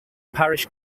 parish